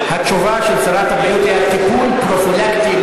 התשובה של שרת הבריאות היא על טיפול פרופילקטי,